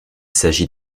s’agit